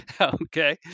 okay